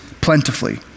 plentifully